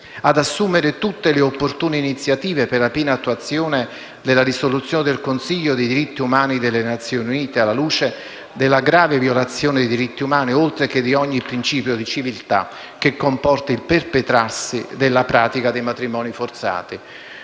ad assumere tutte le opportune iniziative per la piena attuazione della risoluzione del Consiglio dei diritti umani delle Nazioni Unite, alla luce della grave violazione dei diritti umani, oltre che di ogni principio di civiltà, che comporta il perpetrarsi della pratica dei matrimoni forzati;